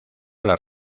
las